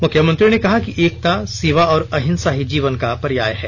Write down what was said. मुख्यमंत्री ने कहा कि एकता सेवा और अहिंसा ही जीवन का पर्याय है